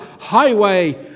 highway